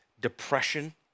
depression